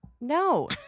No